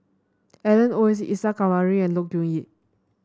Alan Oei Isa Kamari and Look Yan Kit